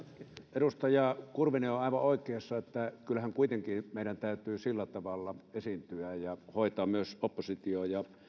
edustaja kurvinen on aivan oikeassa että kyllähän meidän kuitenkin täytyy sillä tavalla esiintyä ja hoitaa myös oppositio ja